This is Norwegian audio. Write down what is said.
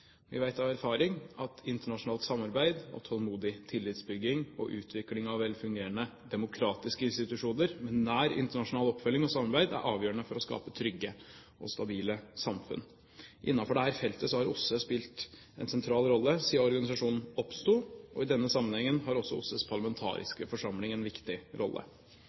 Vi vet av erfaring at internasjonalt samarbeid og tålmodig tillitsbygging og utvikling av velfungerende demokratiske institusjoner med nær internasjonal oppfølging og samarbeid er avgjørende for å skape trygge og stabile samfunn. Innenfor dette feltet har OSSE spilt en sentral rolle siden organisasjonen oppsto, og i denne sammenhengen har også OSSEs parlamentariske forsamling, OSSE PA, en viktig rolle.